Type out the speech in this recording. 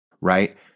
right